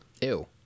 Ew